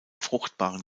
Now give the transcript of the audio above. fruchtbaren